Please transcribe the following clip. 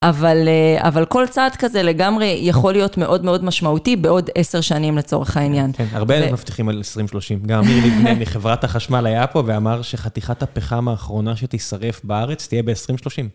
אבל, אבל כל צעד כזה לגמרי יכול להיות מאוד מאוד משמעותי בעוד עשר שנים לצורך העניין. כן, הרבה מבטיחים על 2030. גם מילי בניין מחברת החשמל היה פה ואמר שחתיכת הפחם האחרונה שתשרף בארץ תהיה ב-2030.